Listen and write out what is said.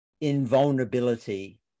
Invulnerability